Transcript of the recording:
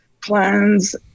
plans